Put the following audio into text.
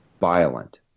violent